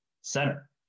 Center